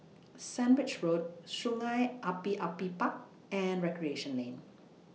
Sandwich Road Sungei Api Api Park and Recreation Lane